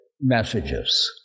messages